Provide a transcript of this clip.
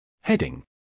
Heading